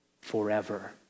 forever